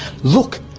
Look